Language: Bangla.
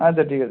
আচ্ছা ঠিক আছে